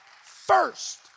first